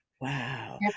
Wow